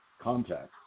contact